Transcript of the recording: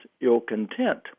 ill-content